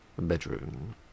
bedroom